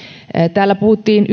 täällä puhuttiin